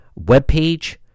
webpage